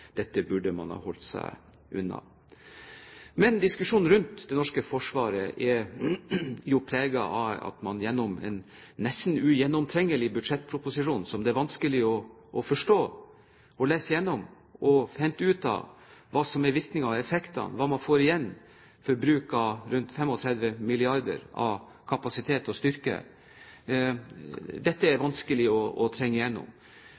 dette burde man ha holdt seg unna. Diskusjonen rundt det norske forsvaret er preget av en nesten ugjennomtrengelig budsjettproposisjon som det er vanskelig å forstå, lese igjennom og hente ut av hva som er virkningene og effektene, hva man får igjen for bruk av rundt 35 mrd. kr på kapasitet og styrke. Dette er vanskelig å trenge igjennom.